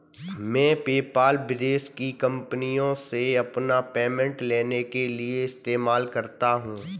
मैं पेपाल विदेश की कंपनीयों से अपना पेमेंट लेने के लिए इस्तेमाल करता हूँ